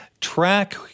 track